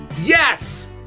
Yes